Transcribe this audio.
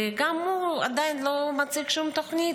וגם הוא עדיין לא מציג שום תוכנית,